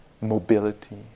mobility